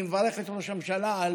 אני מברך את ראש הממשלה על